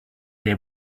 they